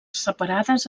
separades